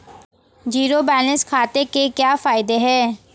Zero balance खाते के क्या फायदे हैं?